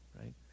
right